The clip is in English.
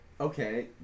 okay